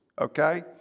okay